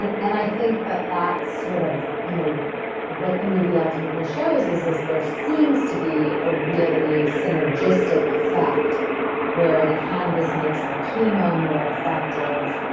and and i think that that's sort of you know what the movie ultimately shows is is there seems to be a really synergistic effect where the cannabis makes the chemo more effective,